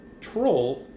troll